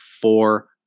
four